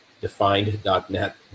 defined.net